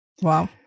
Wow